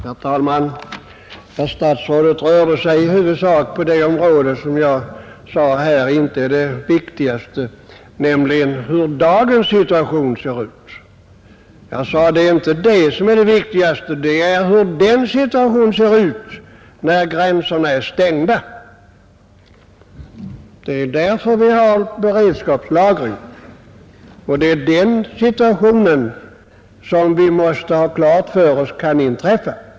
Herr talman! Herr statsrådet rörde sig i huvudsak på det område som — vilket jag påpekade tidigare — inte är det viktigaste, nämligen hur dagens situation ser ut. Jag sade att detta inte är det viktigaste, utan det är hur den situation ser ut som uppkommer när gränserna är stängda. Det är ju därför vi har beredskapslagring, och vi måste ha klart för oss att den situationen kan inträffa.